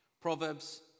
Proverbs